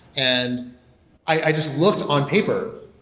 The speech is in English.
and i just looked on paper.